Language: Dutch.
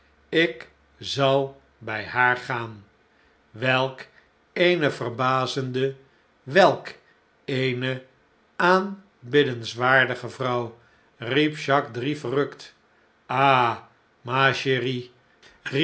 ik zal bij haar gaan welk eene verbazende welkeeneaanbiddenswaardige vrouw riep jacques drie verrukt ah